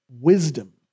wisdom